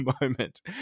moment